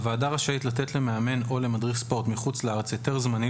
הוועדה רשאית לתת למאמן או למדריך ספורט מחוץ לארץ היתר זמני,